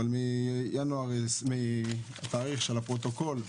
אבל מהתאריך של הפרוטוקול,